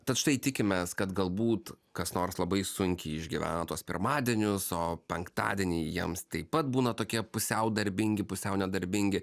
tad štai tikimės kad galbūt kas nors labai sunkiai išgyvena tuos pirmadienius o penktadieniai jiems taip pat būna tokie pusiau darbingi pusiau nedarbingi